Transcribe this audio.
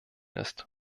ist